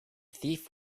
thief